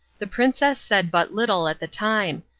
the princess said but little at the time,